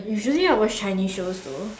usually I watch Chinese shows also